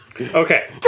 Okay